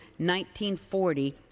1940